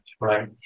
right